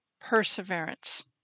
perseverance